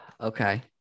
okay